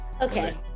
Okay